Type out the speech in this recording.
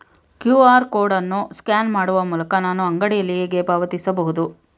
QR code ಅನ್ನು scan ಮಾಡುವ ಮೂಲಕ ನಾನು ಅಂಗಡಿಯಲ್ಲಿ ಹೇಗೆ ಪಾವತಿಸಬಹುದು?